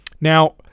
Now